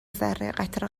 ذره٬قطره